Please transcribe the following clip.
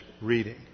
reading